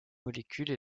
molécules